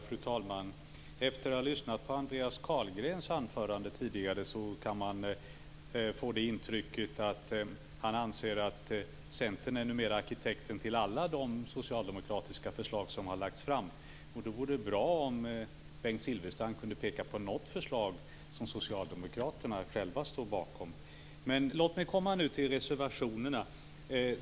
Fru talman! När man lyssnade på Andreas Carlgren anförande tidigare kunde man få intrycket att han anser att Centern numera är arkitekt till alla socialdemokratiska förslag som läggs fram. Det vore bra om Bengt Silfverstrand kunde peka på något förslag som Socialdemokraterna själva står bakom. Låt mig kommentera reservationerna.